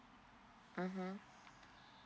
mmhmm